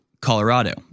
Colorado